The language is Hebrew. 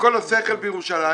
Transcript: שכל השכל בירושלים